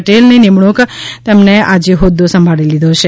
પટેલની નિમણૂંક તેમણે આજે હોદ્દો સંભાળી લીધો છે